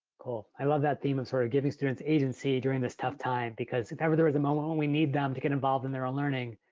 cool, i love that theme of sort of giving students agency during this tough time because if ever there is a moment when we need them to get involved in their own learning.